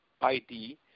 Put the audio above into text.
ID